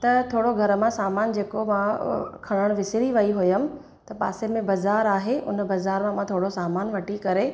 त थोरो घर मां सामान जेको मां खणण विसरी वई हुयमि त पासे में बाज़ार आहे उन बाज़ार मां मा थोरो सामान वठी करे